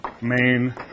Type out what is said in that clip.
main